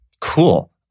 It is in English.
Cool